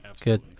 Good